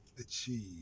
achieve